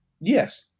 Yes